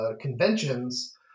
conventions